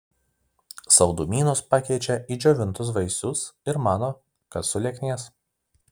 saldumynus pakeičia į džiovintus vaisius ir mano kad sulieknės